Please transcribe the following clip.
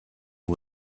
who